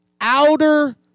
outer